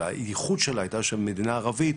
אבל הייחוד שלה היה שכמדינה ערבית,